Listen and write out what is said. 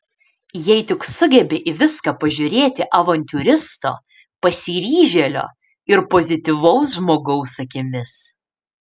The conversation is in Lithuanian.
jei tik sugebi į viską pažiūrėti avantiūristo pasiryžėlio ir pozityvaus žmogaus akimis